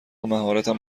مهارتم